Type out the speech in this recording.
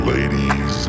Ladies